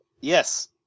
Yes